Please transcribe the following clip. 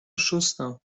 شستم